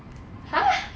!huh!